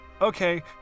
okay